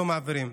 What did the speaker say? לא מעבירים.